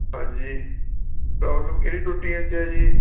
ਹਾਂਜੀ ਪ੍ਰੋਬਲਮ ਕਿਹੜੀ ਟੁੱਟੀਆਂ 'ਚ ਹੈ ਜੀ